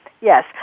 Yes